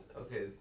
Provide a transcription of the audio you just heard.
Okay